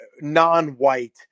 non-white